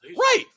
right